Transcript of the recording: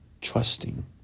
trusting